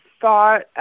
thought